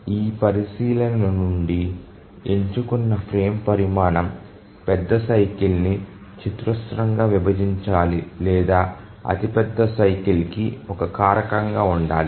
ఈ పరిశీలన నుండి ఎంచుకున్న ఫ్రేమ్ పరిమాణం పెద్ద సైకిల్ ని చతురస్రంగా విభజించాలి లేదా అది పెద్ద సైకిల్ కి ఒక కారకంగా ఉండాలి